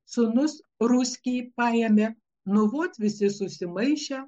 sūnus ruski paėmė nu vot visi susimaišę